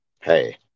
Hey